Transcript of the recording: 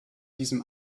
diesem